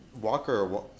Walker